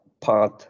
path